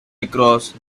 across